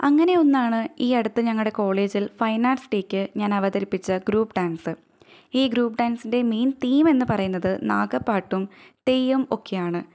അങ്ങനെയൊന്നാണ് ഈ അടുത്ത് ഞങ്ങളുടെ കോളേജിൽ ഫൈൻ ആർട്സ് ഡേയ്ക്ക് ഞാൻ അവതരിപ്പിച്ച ഗ്രൂപ്പ് ഡാൻസ് ഈ ഗ്രൂപ്പ് ഡാൻസിൻ്റെ മെയിൻ തീമെന്ന് പറയുന്നത് നാഗപാട്ടും തെയ്യം ഒക്കെയാണ്